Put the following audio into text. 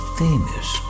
famous